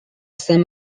sainte